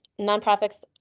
nonprofits